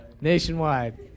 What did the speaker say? Nationwide